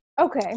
Okay